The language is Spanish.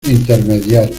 intermediario